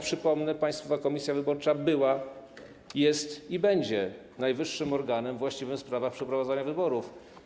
Przypomnę, że Państwowa Komisja Wyborcza była, jest i będzie najwyższym organem właściwym w sprawach przeprowadzania wyborów.